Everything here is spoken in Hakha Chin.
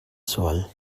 sual